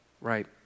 right